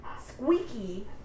Squeaky